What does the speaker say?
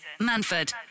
Manford